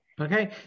Okay